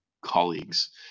colleagues